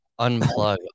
unplug